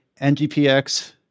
NGPX